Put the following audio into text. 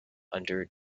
under